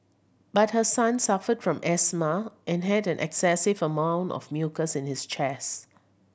but her son suffered from asthma and had an excessive amount of mucus in his chest